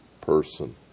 person